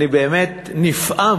אני באמת נפעם